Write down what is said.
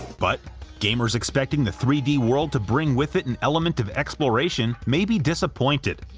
but gamers expecting the three d world to bring with it an element of exploration may be disappointed,